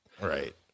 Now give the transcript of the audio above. Right